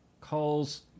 calls